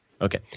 Okay